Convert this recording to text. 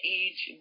age